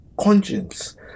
conscience